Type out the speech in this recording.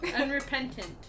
Unrepentant